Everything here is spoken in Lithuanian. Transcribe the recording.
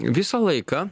visą laiką